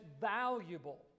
valuable